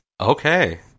Okay